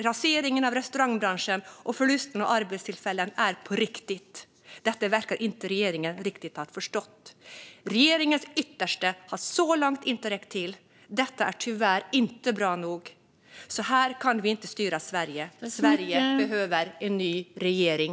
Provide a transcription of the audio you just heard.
Raseringen av restaurangbranschen och förlusten av arbetstillfällen är på riktigt. Detta verkar regeringen inte riktigt ha förstått. Regeringens yttersta har så här långt inte räckt till. Detta är tyvärr inte bra nog. Så här kan vi inte styra Sverige. Sverige behöver en ny regering.